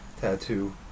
tattoo